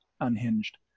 unhinged